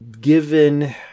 given